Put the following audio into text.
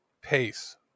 pace